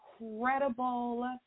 Incredible